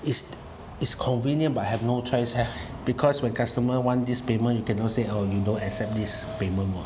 is is convenient but I have no choice ah because when customer want these payment you cannot say oh you don't accept this payment mah